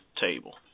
table